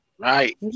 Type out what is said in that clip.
Right